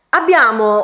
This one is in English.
abbiamo